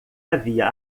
havia